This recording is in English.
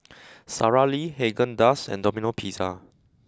Sara Lee Haagen Dazs and Domino pizza